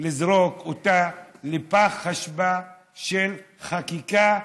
לזרוק אותה לפח האשפה של החקיקה,